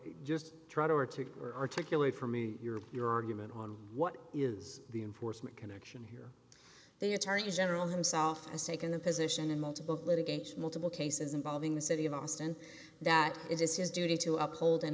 just try to or to articulate for me your argument on what is the enforcement connection here they attorney general himself has taken the position in multiple litigation multiple cases involving the city of austin that it is his duty to uphold and